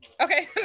Okay